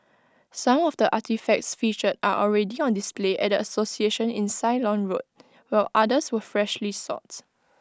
some of the artefacts featured are already on display at the association in Ceylon road while others were freshly sought